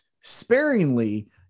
sparingly